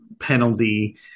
penalty